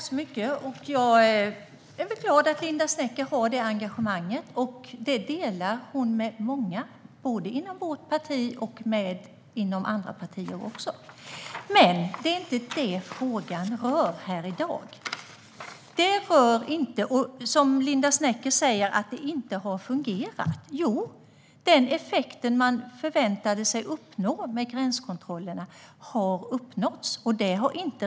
Fru talman! Jag är glad att Linda Snecker har detta engagemang. Hon delar det med många, både inom vårt parti och inom andra partier. Men det är inte detta frågan rör i dag. Linda Snecker säger att det inte har fungerat. Jo, den effekt man förväntade sig att uppnå med gränskontrollerna uppnåddes.